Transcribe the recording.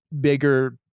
bigger